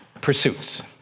pursuits